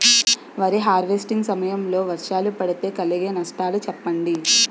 వరి హార్వెస్టింగ్ సమయం లో వర్షాలు పడితే కలిగే నష్టాలు చెప్పండి?